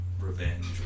revenge